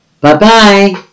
Bye-bye